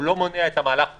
לא מונע את המהלך הכולל,